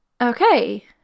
Okay